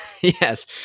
Yes